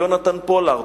ליונתן פולארד.